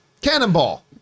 Cannonball